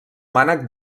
mànec